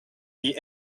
the